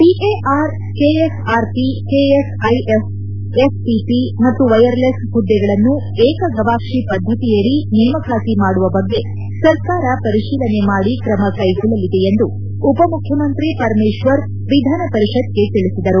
DAR KSRP KSIF FPP ಮತ್ತು wireless ಮದ್ದೆಗಳನ್ನು ಏಕಗವಾಕ್ಷಿ ಪದ್ದತಿಯಡಿ ನೇಮಕಾತಿ ಮಾಡುವ ಬಗ್ಗೆ ಸರ್ಕಾರ ಪರಿಶೀಲನೆ ಮಾಡಿ ಕ್ರಮಕ್ಕೆಗೊಳ್ಳಲಿದೆ ಎಂದು ಉಪಮುಖ್ಯಮಂತ್ರಿ ಪರಮೇಶ್ವರ್ ವಿಧಾನಪರಿಷತ್ಗೆ ತಿಳಿಸಿದರು